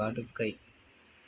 படுக்கை